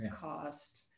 cost